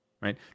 right